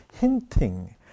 hinting